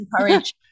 encourage